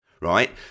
right